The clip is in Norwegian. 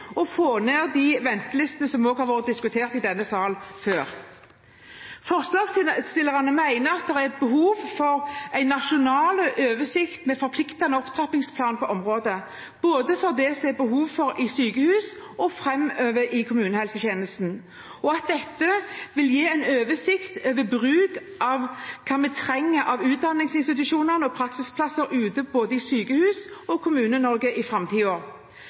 og få ned ventelistene, som også har vært diskutert i denne sal før. Forslagsstillerne mener det er behov for en nasjonal oversikt med forpliktende opptrappingsplan på området, for det som det er behov for både i sykehus og i kommunehelsetjenesten framover, og at dette vil gi en oversikt over hva vi trenger av utdanningsinstitusjoner og praksisplasser i både sykehus og Kommune-Norge i